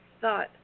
thought